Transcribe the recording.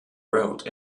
wrote